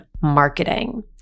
Marketing